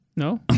No